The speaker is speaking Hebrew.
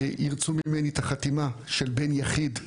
וירצו ממני את החתימה של בן יחיד,